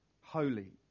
holy